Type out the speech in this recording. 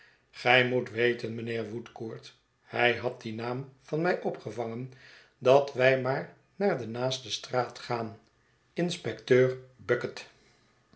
gij moet weten mijnheer woodcourt hij had dien naam van mij opgevangen dat wij maar naar de naaste straat gaan inspecteur